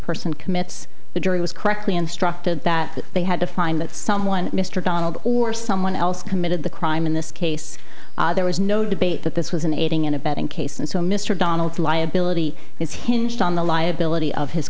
person commits the jury was correctly instructed that they had to find that someone mr donald or someone else committed the crime in this case there was no debate that this was an aiding and abetting case and so mr donald liability is hinged on the liability of his